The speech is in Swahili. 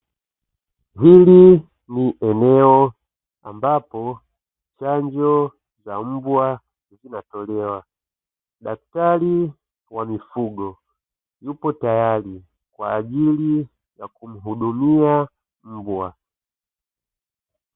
Hili ni eneo ambapo chanjo za mbwa zinatolewa, daktari wa mifugo yupo tayari kwa ajili ya kumhudumia mbwa.